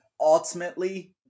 ultimately